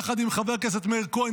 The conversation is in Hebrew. יחד עם חבר הכנסת מאיר כהן,